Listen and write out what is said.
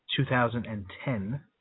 2010